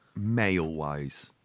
mail-wise